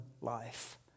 life